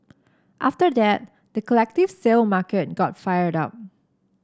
after that the collective sale market got fired up